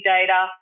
data